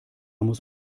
muss